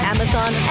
Amazon